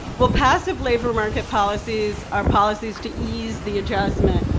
well, passive labor market policies are policies to ease the adjustment,